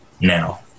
now